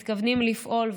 מתכוונים לפעול,